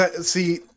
See